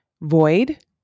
void